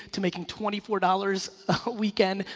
to making twenty four dollars a weekend.